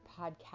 podcast